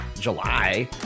July